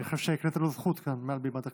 בהחלט.